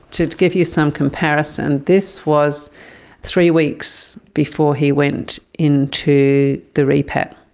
to give you some comparison, this was three weeks before he went into the repat,